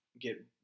get